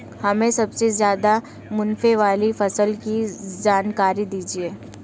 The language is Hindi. हमें सबसे ज़्यादा मुनाफे वाली फसल की जानकारी दीजिए